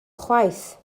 chwaith